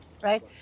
right